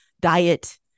diet